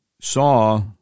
saw